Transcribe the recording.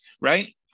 Right